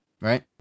right